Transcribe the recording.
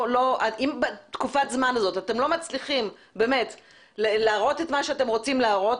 ואם בתקופת הזמן הזאת אתם לא מצליחים להראות את מה שאתם רוצים להראות,